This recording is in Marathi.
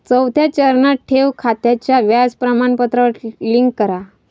चौथ्या चरणात, ठेव खात्याच्या व्याज प्रमाणपत्रावर क्लिक करा